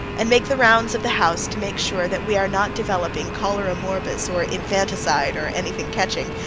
and make the rounds of the house to make sure that we are not developing cholera morbus or infanticide or anything catching,